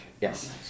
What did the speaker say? yes